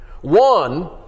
one